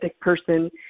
person